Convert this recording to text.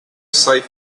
safe